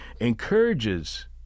encourages